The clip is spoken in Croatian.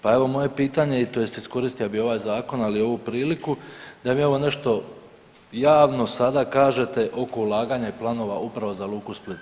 Pa evo moje pitanje i tj. iskoristio bi ovaj zakon, ali i ovu priliku, da mi evo nešto javno sada kažete oko ulaganja i planova upravo za luku Split.